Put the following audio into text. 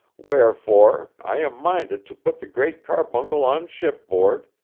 wherefore, i am minded to put the great carbuncle on shipboard,